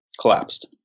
collapsed